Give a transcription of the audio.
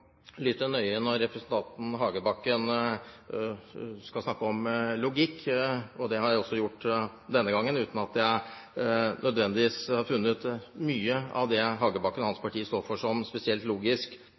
lytte nøye når representanten Hagebakken snakker om logikk. Det har jeg også gjort denne gangen, uten at jeg nødvendigvis har funnet mye av det Hagebakken og hans